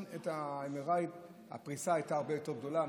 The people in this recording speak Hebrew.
MRI. פריסת המקומות הייתה הרבה יותר גדולה,